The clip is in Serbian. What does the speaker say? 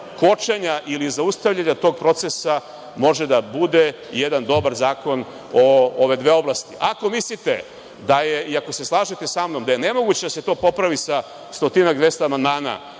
kočenja ili zaustavljanja tog procesa može da bude jedan dobar zakon o ove dve oblasti. Ako mislite i ako se slažete samnom da je nemoguće da se to popravi sa stotinak, 200 amandmana